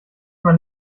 man